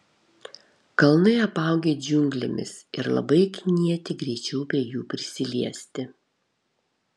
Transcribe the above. kalnai apaugę džiunglėmis ir labai knieti greičiau prie jų prisiliesti